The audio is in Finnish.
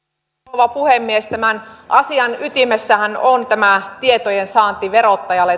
rouva puhemies tämän asian ytimessähän on tämä tietojensaanti verottajalle